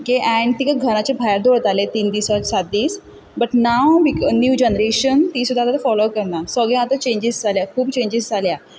तिका घराचे भायर दवरतालीं तीन दीस वा सात दीस बट नाव न्यू जेनरेशन आतां तें फोलो करना सगळे आतां चेंजीस जाल्यात खूब चेंजीस जाल्यात